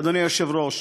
אדוני היושב-ראש,